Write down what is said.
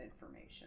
information